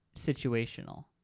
Situational